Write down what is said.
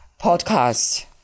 podcast